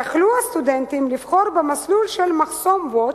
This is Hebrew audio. יכלו הסטודנטים לבחור במסלול של "מחסום Watch",